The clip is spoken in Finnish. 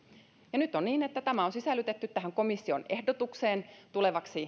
ja nyt on niin että tämä on sisällytetty tähän komission ehdotukseen tulevalle